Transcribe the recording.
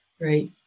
right